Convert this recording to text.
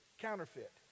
Counterfeit